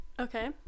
Okay